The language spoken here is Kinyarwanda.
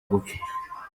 gupfa